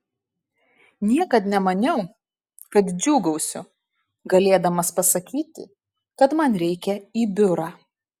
niekad nemaniau kad džiūgausiu galėdamas pasakyti kad man reikia į biurą